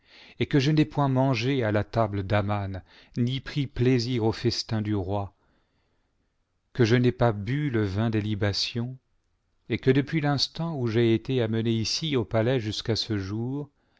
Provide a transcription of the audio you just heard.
et que je n'ai point mangé à la table d'aman ni pris plaisir au festin du roi que je n'ai pas bu le vin et que depuis l'instant où j'ai été amenée ici au palais jusqu'à ce jour